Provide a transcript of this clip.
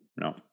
no